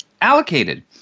allocated